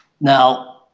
Now